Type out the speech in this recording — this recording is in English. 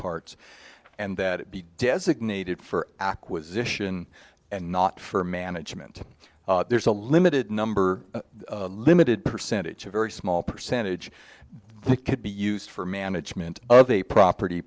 parts and that it be designated for acquisition and not for management there's a limited number limited percentage of very small percentage that could be used for management of the property